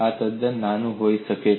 આ તદ્દન નાનું હોઈ શકે છે